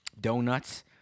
Donuts